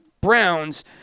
Browns